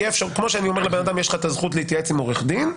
כמו שאני אומר לבן אדם שיש לו את הזכות להתייעץ עם עורך דין,